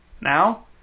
Now